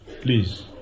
Please